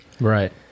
Right